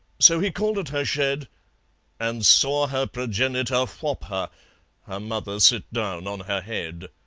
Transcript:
so he called at her shed and saw her progenitor whop her her mother sit down on her head.